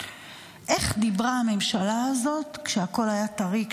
איך דיברה הממשלה הזאת כשהכול היה טרי,